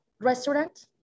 restaurant